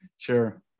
Sure